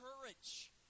courage